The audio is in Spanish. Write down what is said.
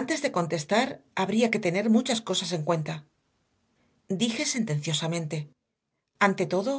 antes de contestar habría que tener muchas cosas en cuenta dije sentenciosamente ante todo